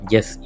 Yes